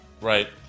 Right